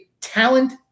talent